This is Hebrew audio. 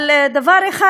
אבל דבר אחד,